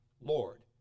Lord